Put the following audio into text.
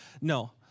No